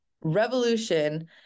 Revolution